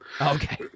okay